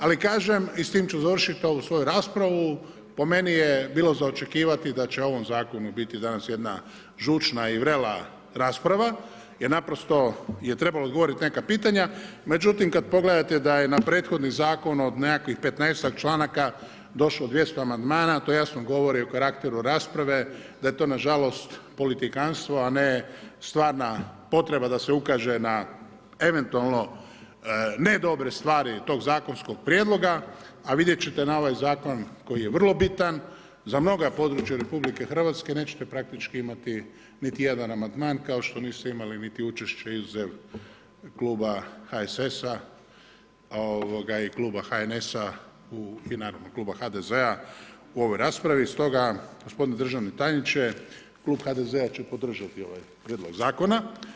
Ali kažem i s tim ću završiti ovu svoju raspravu po meni je bilo za očekivati da će o ovom zakonu biti danas jedna žučna i vrela rasprava jer naprosto je trebalo odgovoriti na neka pitanja. međutim kad pogledate da je na prethodni zakon od nekakvih 15ak članaka došlo 200 amandmana, to jasno govori o karakteru rasprave, da je to nažalost politikantstvo, a ne stvarna potreba da se ukaže na eventualno ne dobre stvari tog zakonskog prijedloga, a vidjet ćete na ovaj zakon koji je vrlo bitan za mnoga područja RH, nećete praktički imati niti jedan amandman, kao što nisu imali niti učešće, izuzev kluba HSS-a i kluba HNS-a i naravno kluba HDZ-a u ovoj raspravi, stoga, gospodine državni tajniče, klub HDZ-a će podržati ovaj prijedlog zakona.